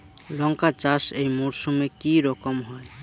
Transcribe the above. লঙ্কা চাষ এই মরসুমে কি রকম হয়?